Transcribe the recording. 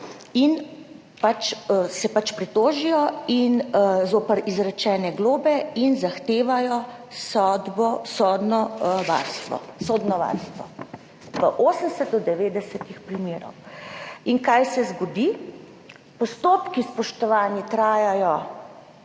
Pač se pritožijo zoper izrečene globe in zahtevajo sodno varstvo. V 80 do 90 % primerov. In kaj se zgodi? Spoštovani, postopki trajajo